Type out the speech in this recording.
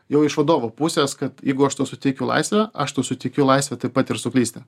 jau iš vadovo pusės kad jeigu aš tau suteikiu laisvę aš tau suteikiu laisvę taip pat ir suklysti